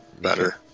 better